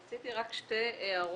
רציתי רק שתי הערות